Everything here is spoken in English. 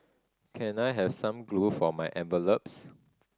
can I have some glue for my envelopes